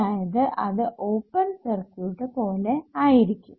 അതായത് അത് open circuit പോലെ ആയിരിക്കും